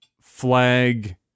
flag